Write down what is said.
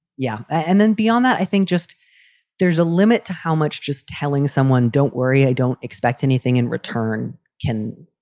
yeah. and then beyond that, i think just there's a limit to how much just telling someone, don't worry, i don't expect anything in return can.